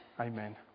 Amen